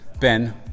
Ben